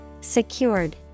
Secured